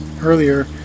earlier